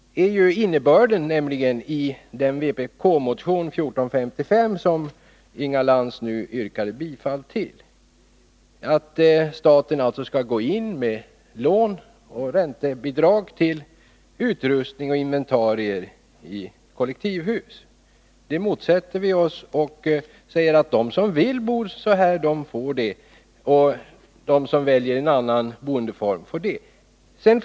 Innebörden av den vpk-motion som Inga Lantz yrkade bifall till är nämligen att staten skall gå in med lån och räntebidrag till utrustning och inventarier i kollektivhus. Det motsätter vi oss. Vi säger att de som vill bo så får göra det, och de som väljer en annan boendeform får göra det.